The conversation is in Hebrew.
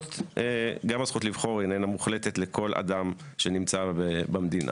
גם הזכות לבחור איננה מוחלטת לכל אדם שנמצא במדינה.